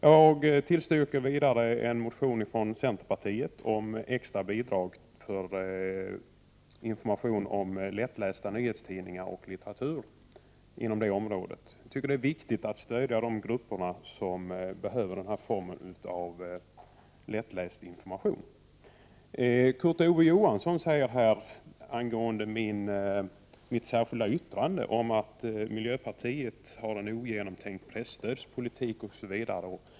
Jag tillstyrker vidare en motion från centerpartiet om extra bidrag för information om lättlästa nyhetstidningar och litteratur inom detta område. Jag tycker att det är viktigt att stödja de grupper som behöver den här formen av lättläst information. Kurt Ove Johansson säger angående mitt särskilda yttrande att miljöpar tiet har en ogenomtänkt presstödspolitik osv.